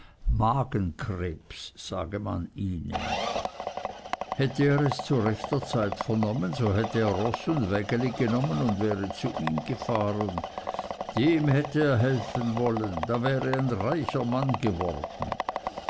magenkrebs sage man ihnen hätte er es zu rechter zeit vernommen so hätte er roß und wägeli genommen und wäre zu ihm gefahren dem hätte er helfen wollen da wäre er ein reicher mann geworden